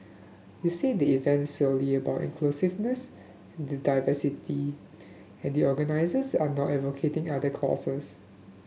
he said the event is solely about inclusiveness and diversity and the organisers are not advocating other causes